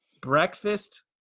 breakfast